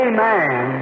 Amen